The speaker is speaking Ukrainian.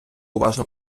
уважно